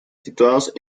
situados